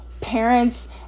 parents